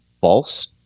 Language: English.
false